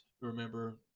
remember